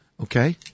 Okay